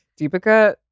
Deepika